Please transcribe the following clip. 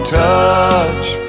touch